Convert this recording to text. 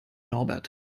norbert